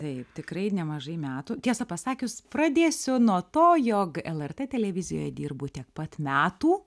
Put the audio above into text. taip tikrai nemažai metų tiesą pasakius pradėsiu nuo to jog lrt televizijoj dirbu tiek pat metų